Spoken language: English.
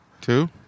two